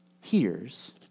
hears